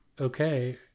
okay